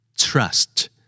Trust